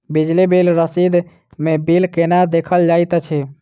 बिजली बिल रसीद मे बिल केना देखल जाइत अछि?